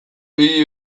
ibili